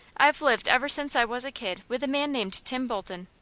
i've lived ever since i was a kid with a man named tim bolton.